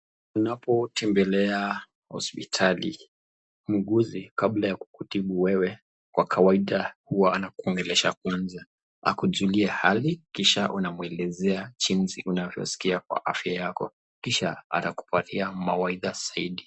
Unapotembelea hospitali. Muuguzi kabla ya kukutibu wewe kwa kawaida huwa anakuongelesha kwanza, akujiulie hali kisha unamwelezea jinsi unavyosikia Kwa afya yako. Kisha atakupatia mawaidha zaidi.